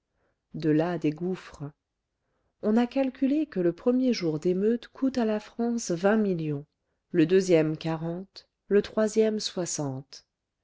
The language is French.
de là des gouffres on a calculé que le premier jour d'émeute coûte à la france vingt millions le deuxième quarante le troisième soixante